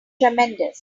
tremendous